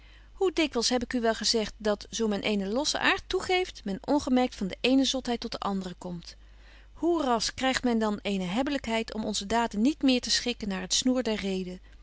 hoe dikwyls heb ik u wel gezegt dat zo men eenen lossen aart toegeeft men ongemerkt van de eene zotheid tot de andere komt hoe rasch krygt men dan eene hebbelykheid om onze daden niet meer te schikken naar het snoer der reden